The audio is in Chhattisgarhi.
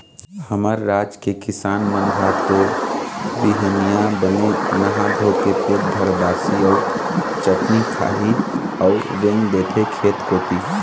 हमर राज के किसान मन ह तो बिहनिया बने नहा धोके पेट भर बासी अउ चटनी खाही अउ रेंग देथे खेत कोती